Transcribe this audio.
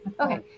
Okay